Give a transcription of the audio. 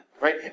Right